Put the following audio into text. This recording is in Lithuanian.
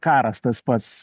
karas tas pats